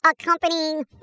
accompanying